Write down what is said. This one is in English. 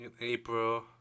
April